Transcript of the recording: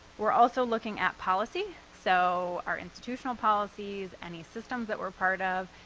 we're also looking at policy. so our institutional policies, any systems that we're part of,